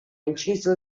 inciso